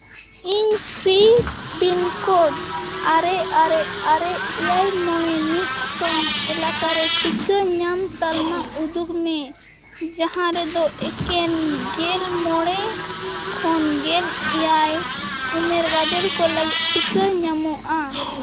ᱤᱧ free pin code ᱟᱨᱮ ᱟᱨᱮ ᱟᱨᱮ ᱮᱭᱟᱭ ᱢᱚᱬᱮ ᱢᱤᱫ ᱥᱟᱶ ᱮᱞᱟᱠᱟ ᱨᱮ ᱴᱤᱠᱟᱹ ᱧᱟᱢ ᱛᱟᱞᱢᱟ ᱩᱫᱩᱜᱽ ᱢᱮ ᱡᱟᱦᱟᱸ ᱨᱮᱫᱚ ᱮᱠᱮᱱ ᱜᱮᱞ ᱢᱚᱬᱮ ᱠᱷᱚᱱ ᱜᱮᱞ ᱮᱭᱟᱭ ᱩᱢᱮᱹᱨ ᱜᱟᱫᱮᱞ ᱠᱚ ᱞᱟᱹᱜᱤᱫ ᱴᱤᱠᱟᱹ ᱧᱟᱢᱚᱜᱼᱟ